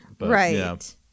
Right